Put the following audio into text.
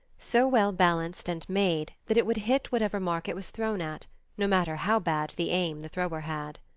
so well balanced and made that it would hit whatever mark it was thrown at no matter how bad the aim the thrower had.